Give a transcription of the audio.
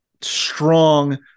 strong